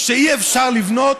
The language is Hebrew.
שאי-אפשר לבנות,